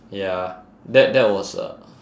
ya that that was a